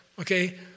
okay